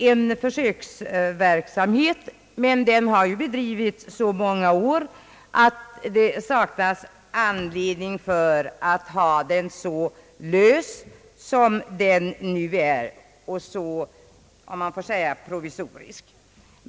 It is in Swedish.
En försöksverksamhet har pågått, men den har bedrivits i så många år att det saknas anledning till att ha familjerådgivningen så lös och så provisorisk som nu.